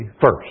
first